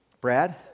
Brad